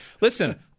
listen